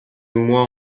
mois